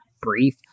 brief